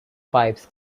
pipes